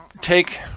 take